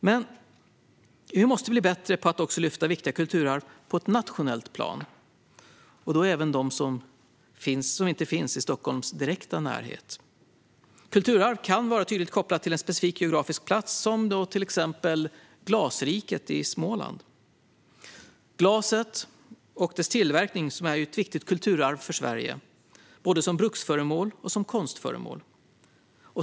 Men vi måste bli bättre på att också lyfta fram viktiga kulturarv på ett nationellt plan, även dem som inte finns i Stockholms direkta närhet. Kulturarv kan vara tydligt kopplade till en specifik geografisk plats, till exempel Glasriket i Småland. Glaset och dess tillverkning är ett viktigt kulturarv för Sverige, både som bruksföremål och som konstföremål.